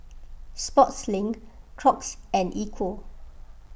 Sportslink Crocs and Equal